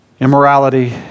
immorality